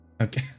Okay